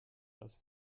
das